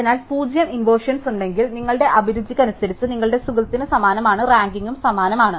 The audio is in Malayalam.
അതിനാൽ പൂജ്യം ഇൻവെർഷൻസ് ഉണ്ടെങ്കിൽ നിങ്ങളുടെ അഭിരുചിക്കനുസരിച്ച് നിങ്ങളുടെ സുഹൃത്തിന് സമാനമാണ് റാങ്കിംഗും സമാനമാണ്